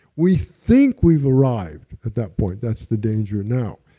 we think we've arrived at that point, that's the danger now.